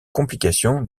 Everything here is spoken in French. complications